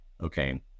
okay